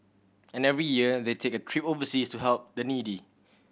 and every year they take a trip overseas to help the needy